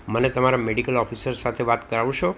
મને તમારા medical officer સાથે વાત કરાવશો